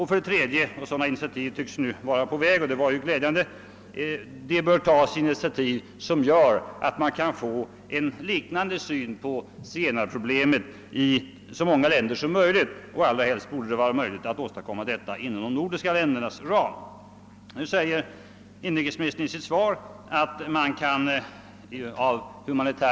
För det tredje bör det tas initiativ som gör att man får en liknande syn på zigenarproblemet i så många länder som möjligt. Allra helst borde detta kunna ske inom de nordiska ländernas ram. Sådana initiativ tycks nu vara på väg, och det är mycket glädjande.